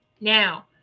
Now